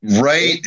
Right